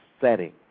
setting